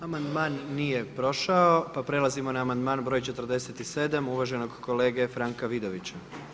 Amandman nije prošao pa prelazimo na amandman broj 47. uvaženog kolege Franka Vidovića.